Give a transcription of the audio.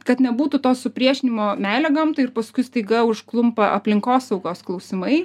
kad nebūtų to supriešinimo meilė gamtai ir paskui staiga užklumpa aplinkosaugos klausimai